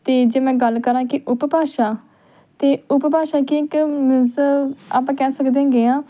ਅਤੇ ਜੇ ਮੈਂ ਗੱਲ ਕਰਾਂ ਕਿ ਉਪਭਾਸ਼ਾ ਤਾਂ ਉਪਭਾਸ਼ਾ ਕੀ ਹੈ ਕਿ ਉਹ ਮੀਨਜ਼ ਆਪਾਂ ਕਹਿ ਸਕਦੇ ਹੈਗੇ ਹਾਂ